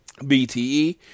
BTE